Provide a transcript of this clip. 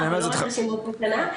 אנחנו פוגשים רשימות המתנה מאוד ארוכות,